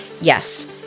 Yes